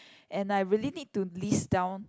and I really need to list down